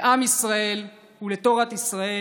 לעם ישראל ולתורת ישראל.